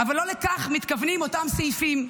אבל לא לכך מתכוונים אותם סעיפים,